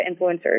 influencers